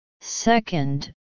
second